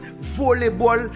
volleyball